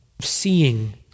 seeing